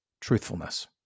truthfulness